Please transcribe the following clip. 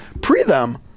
pre-them